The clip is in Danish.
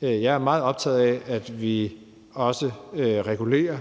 Jeg er meget optaget af, at vi også regulerer